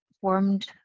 formed